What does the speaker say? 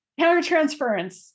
Countertransference